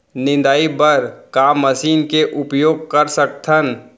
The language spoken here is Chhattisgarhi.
निंदाई बर का मशीन के उपयोग कर सकथन?